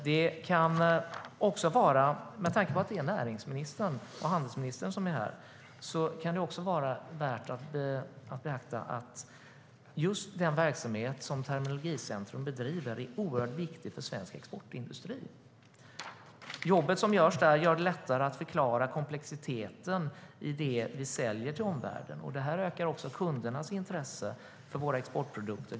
Med tanke på att det är närings och handelsministern som är här kan det även vara värt att berätta att just den verksamhet Terminologicentrum bedriver är oerhört viktig för svensk exportindustri. Jobbet som görs där gör det lättare att förklara komplexiteten i det vi säljer till omvärlden, och det ökar också kundernas intresse för våra exportprodukter.